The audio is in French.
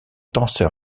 tenseur